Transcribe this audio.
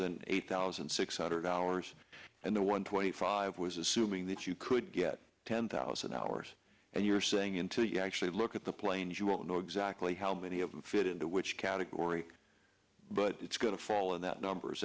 than eight thousand six hundred dollars and the one twenty five was assuming that you could get ten thousand hours and you're saying into the actually look at the play and you will know exactly how many of them fit into which category but it's going to fall in that number is